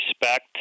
respect